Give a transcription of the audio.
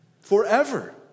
Forever